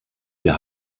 wir